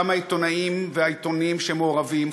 גם העיתונאים והעיתונים שמעורבים,